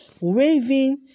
waving